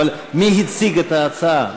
אבל מי הציג את ההצעה?